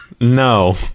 no